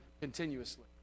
continuously